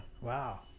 Wow